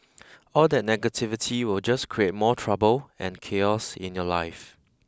all that negativity will just create more trouble and chaos in your life